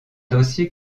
dossier